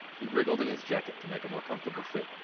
he wriggled in his jacket to make a more comfortable fit,